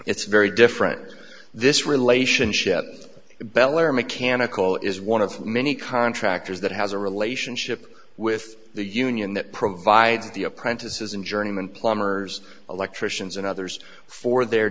it's very different this relationship bell or mechanical is one of many contractors that has a relationship with the union that provides the apprentices and journeyman plumbers electricians and others for their